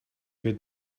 good